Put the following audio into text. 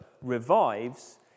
revives